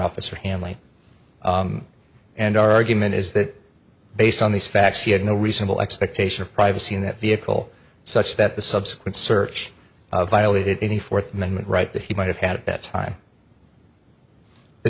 officer hanley and our argument is that based on these facts he had no reasonable expectation of privacy in that vehicle such that the subsequent search of violated any fourth amendment right that he might have had at that time the